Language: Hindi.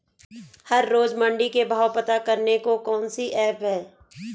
हर रोज़ मंडी के भाव पता करने को कौन सी ऐप है?